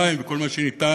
מים וכל מה שניתן,